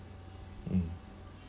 mm